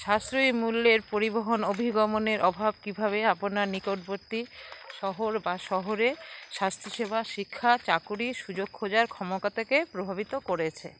সাশ্রয়ী মূল্যের পরিবহন অভিগমনের অভাব কীভাবে আপনার নিকটবর্তী শহর বা শহরে স্বাস্থ্যসেবা শিক্ষা চাকরি সুযোগ খোঁজার ক্ষমতাকে প্রভাবিত করেছে